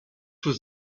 was